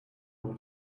will